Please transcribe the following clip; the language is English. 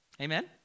Amen